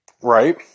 right